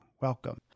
welcome